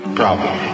problem